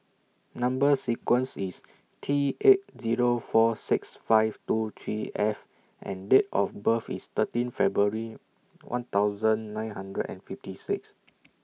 Number sequence IS T eight Zero four six five two three F and Date of birth IS thirteen February one thousand nine hundred and fifty six